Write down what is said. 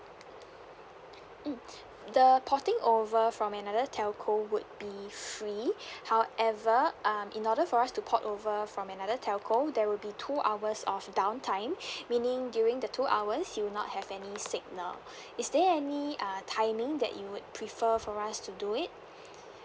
mm the porting over from another telco would be free however um in order for us to port over from another telco there will be two hours of down time meaning during the two hours you'll not have any signal is there any uh timing that you would prefer for us to do it